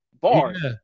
Bars